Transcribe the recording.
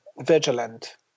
vigilant